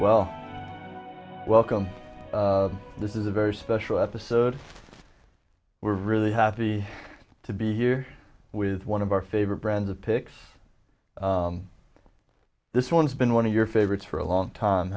well welcome this is a very special episode we're really happy to be here with one of our favorite brands of pics this one's been one of your favorites for a long time